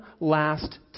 last